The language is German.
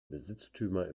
besitztümer